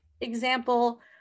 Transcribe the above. example